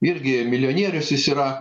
irgi milijonierius jis yra